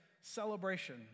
celebration